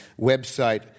website